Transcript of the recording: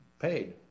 paid